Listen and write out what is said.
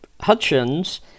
Hutchins